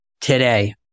today